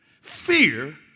Fear